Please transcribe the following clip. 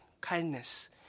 kindness